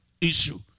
issue